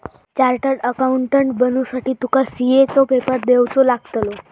chartered accountant बनुसाठी तुका CA चो पेपर देवचो लागतलो